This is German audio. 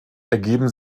ergeben